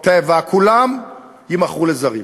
"טבע" כולן יימכרו לזרים.